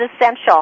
essential